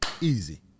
easy